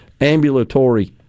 ambulatory